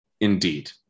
Indeed